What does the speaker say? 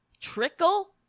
Trickle